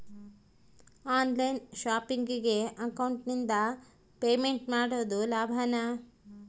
On line ಶಾಪಿಂಗಿಗೆ ಅಕೌಂಟಿಂದ payment ಮಾಡೋದು ಲಾಭಾನ?